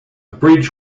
bridge